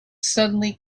suddenly